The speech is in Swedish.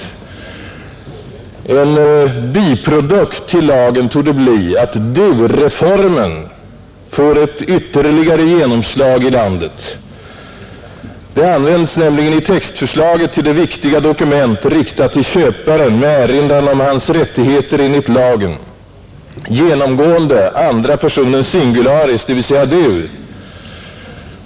En biprodukt till lagen torde bli att du-reformen får ett ytterligare genomslag i landet. Det användes nämligen i textförslaget till det viktiga dokumentet — riktat till köparen med erinran om hans rättigheter enligt lagen — genomgående andra personen singularis, dvs. du.